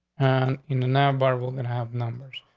and in the number we're gonna have numbers.